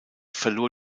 verlor